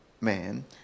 man